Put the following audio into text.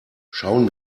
schauen